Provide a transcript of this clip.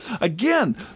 Again